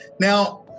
Now